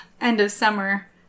end-of-summer